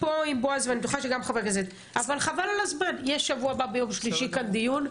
שבוע הבא יש פה דיון,